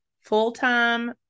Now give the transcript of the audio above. full-time